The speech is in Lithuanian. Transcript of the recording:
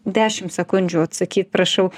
dešim sekundžių atsakyt prašau